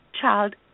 child